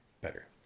better